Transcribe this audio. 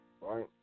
Right